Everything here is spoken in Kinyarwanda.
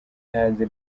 hanze